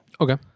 Okay